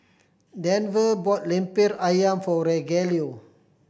Denver bought Lemper Ayam for Rogelio